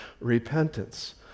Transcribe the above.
repentance